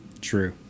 True